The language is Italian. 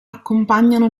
accompagnano